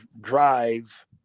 drive